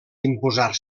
imposar